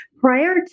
Prior